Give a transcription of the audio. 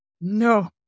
no